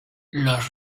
los